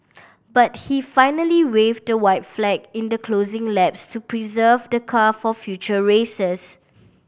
but he finally waved the white flag in the closing laps to preserve the car for future races